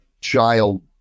child